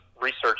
research